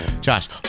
Josh